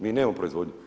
Mi nemamo proizvodnju.